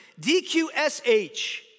DQSH